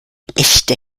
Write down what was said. echte